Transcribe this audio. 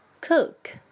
Cook